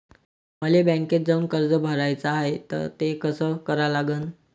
मले बँकेत जाऊन कर्ज भराच हाय त ते कस करा लागन?